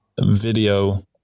video